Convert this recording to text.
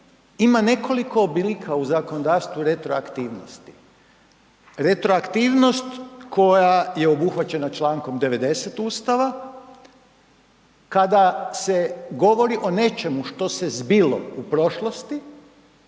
ima nekoliko oblika u zakonodavstvu retroaktivnosti. Retroaktivnost koja je obuhvaćena čl. 90. Ustava kada se govori o nečemu što se zbilo u prošlosti